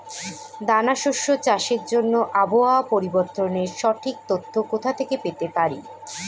দানা শস্য চাষের জন্য আবহাওয়া পরিবর্তনের সঠিক তথ্য কোথা থেকে পেতে পারি?